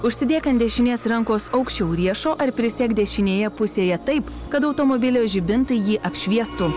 užsidėk ant dešinės rankos aukščiau riešo ar prisek dešinėje pusėje taip kad automobilio žibintai jį apšviestų